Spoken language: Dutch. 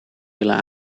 willen